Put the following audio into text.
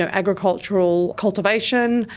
so agricultural cultivation,